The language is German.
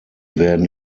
werden